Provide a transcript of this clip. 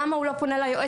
למה הוא לא פונה ליועצת?